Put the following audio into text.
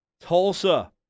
Tulsa